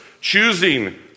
choosing